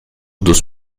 dos